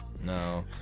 No